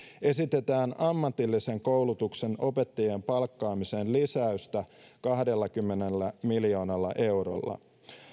esitetään ammatillisen koulutuksen opettajien palkkaamiseen lisäystä kahdellakymmenellä miljoonalla eurolla